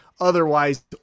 otherwise